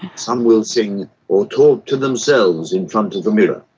some will sing or talk to themselves in front of the mirror.